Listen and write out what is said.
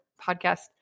podcast